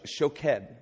shoked